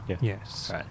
yes